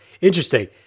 Interesting